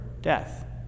death